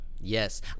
Yes